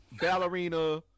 ballerina